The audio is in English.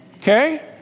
Okay